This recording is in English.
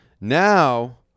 now